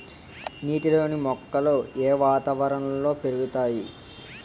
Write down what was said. నీటిలోని మొక్కలు ఏ వాతావరణంలో పెరుగుతాయి?